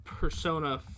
Persona